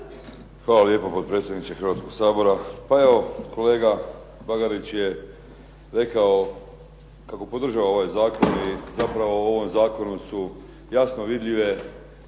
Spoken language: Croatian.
Hvala lijepo potpredsjedniče Hrvatskog sabora. Pa evo kolega Bagarić je rekao kako podržava ovaj zakon i zapravo u ovom zakonu su jasno vidljive